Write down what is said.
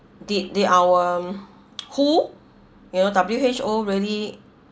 did did our who you know W_H_O really